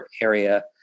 area